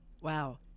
Wow